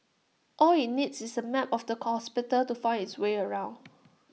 all IT needs is A map of the hospital to find its way around